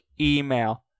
email